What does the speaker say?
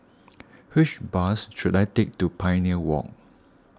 which bus should I take to Pioneer Walk